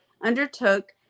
undertook